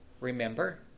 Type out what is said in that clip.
remember